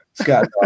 scott